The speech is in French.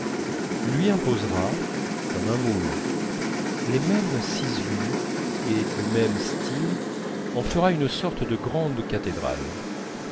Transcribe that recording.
lui imposera comme un moule les mêmes ciselures et du même style en fera une sorte de grande cathédrale